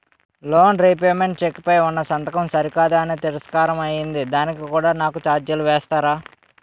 Loan repayment cheque పై ఉన్నా సంతకం సరికాదు అని తిరస్కారం అయ్యింది దానికి కూడా నాకు ఛార్జీలు వేస్తారా?